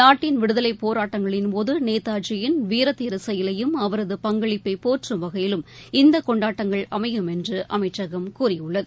நாட்டின் விடுதலைப் போராட்டங்களின்போது நேதாஜியின் வீர தீர செயலையும் அவரது பங்களிப்பை போற்றும் வகையிலும் இந்த கொண்டாட்டங்கள் அமையும் என்று அமைச்சககம் கூறியுள்ளது